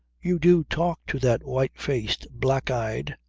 you do talk to that white-faced, black-eyed.